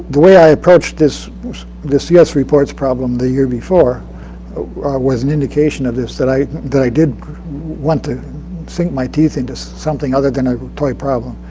um the way i approached the cs reports problem the year before was an indication of this that i that i did want to sink my teeth into something other than a toy problem.